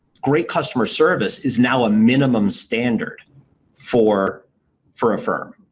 great customer service is now a minimum standard for for a firm